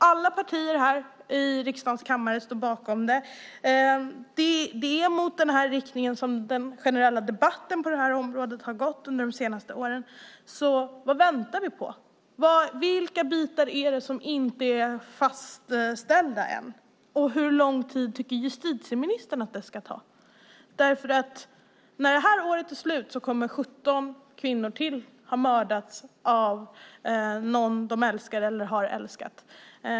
Alla partier här i riksdagens kammare står bakom det. Det i den här riktningen som den generella debatten på det här området har gått under de senaste åren. Vad väntar vi på? Vilka bitar är inte fastställda än? Hur lång tid tycker justitieministern att det ska ta? När det här året är slut kommer 17 kvinnor till att ha mördats av någon de älskar eller har älskat.